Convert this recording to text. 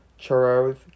churros